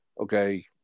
okay